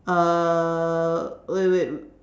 uh wait wait